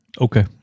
Okay